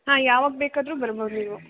ಹಾಂ ಯಾವಾಗ ಬೇಕಾದರೂ ಬರ್ಬೌದು ನೀವು